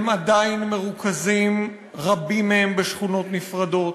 הם עדיין מרוכזים, רבים מהם, בשכונות נפרדות,